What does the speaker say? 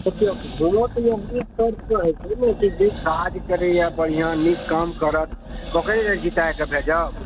देखियौ भोट ओहि शर्त पर होइ छै ने जे काज करैया बढ़िया नीक काम करत ओकरे न जिताए क भेजब